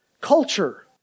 culture